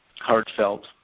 heartfelt